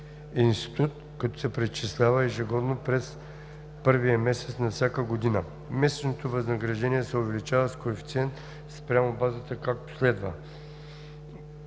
институт, като се преизчислява ежегодно през първия месец на всяка година. Месечното възнаграждение се увеличава с коефициент спрямо базата, както следва:“.